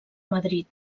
madrid